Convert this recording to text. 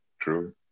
true